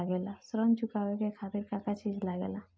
ऋण चुकावे के खातिर का का चिज लागेला?